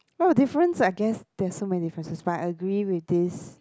oh difference I guess there are so many differences but I agree with this